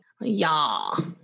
Y'all